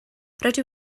rydw